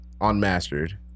Unmastered